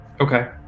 Okay